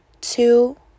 two